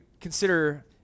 consider